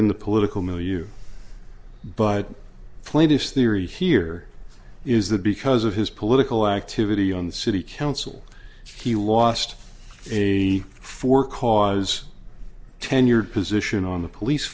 in the political milieu you but plaintiff's theory here is that because of his political activity on the city council he lost a four cause tenured position on the police